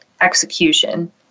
execution